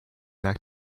back